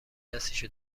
دستشو